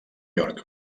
york